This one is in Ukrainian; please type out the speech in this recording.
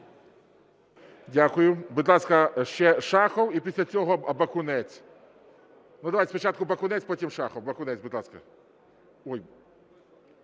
Дякую. Будь ласка, Шахов. І після цього Бакунець. Давайте спочатку Бакунець, потім Шахов. Бакунець, будь ласка.